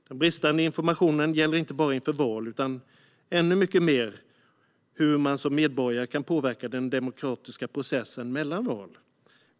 Den bristande informationen gäller inte bara inför val utan ännu mycket mer hur man som medborgare kan påverka den demokratiska processen mellan val.